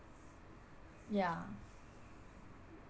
yeah